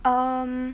um